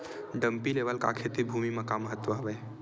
Dumpy level का खेती भुमि म का महत्व हावे?